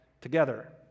together